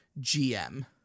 GM